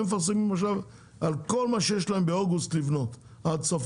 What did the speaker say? אלא שהם מפרסמים על כל מה שיש להם לבנות עד סוף